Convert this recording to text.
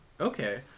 Okay